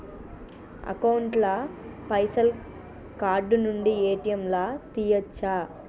Account ల పైసల్ card నుండి ఏ.టి.ఎమ్ లా తియ్యచ్చా?